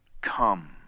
Come